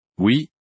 Oui